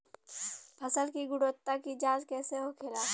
फसल की गुणवत्ता की जांच कैसे होखेला?